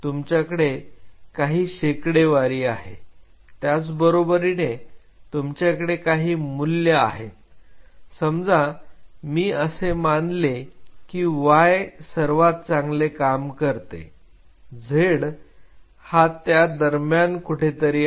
तुमच्याकडे काही शेकडेवारी आहे त्याचबरोबरीने तुमच्याकडे काही मूल्य आहेत समजा मी असे मानले की y सर्वात चांगले काम करतो z हा त्या दरम्यान कुठेतरी आहे